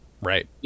Right